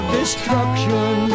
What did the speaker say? destruction